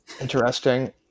interesting